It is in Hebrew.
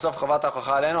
בסוף חובת ההוכחה עלינו,